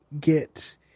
get